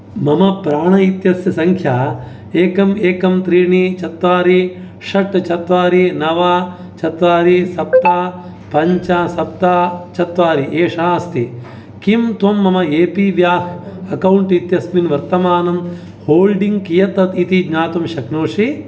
मम प्राण् इत्यस्य सङ्ख्या एकम् एकम् त्रीणि चत्वारि षट् चत्वारि नव चत्वारि सप्त पञ्च सप्त चत्वारि एषा अस्ति किं त्वं मम ए पी व्या अकौण्ट् इत्यस्मिन् वर्तमानं होल्डिङ्ग् कियत् इति ज्ञातुं शक्नोषि